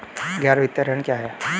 गैर वित्तीय ऋण क्या है?